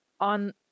On